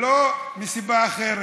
לא, מסיבה אחרת.